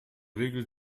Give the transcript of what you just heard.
regel